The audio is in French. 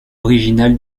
originale